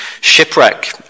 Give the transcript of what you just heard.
shipwreck